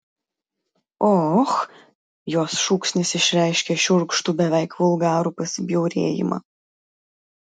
o och jos šūksnis išreiškė šiurkštų beveik vulgarų pasibjaurėjimą